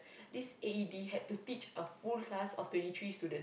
this A_E_D had to teach a full class of twenty three students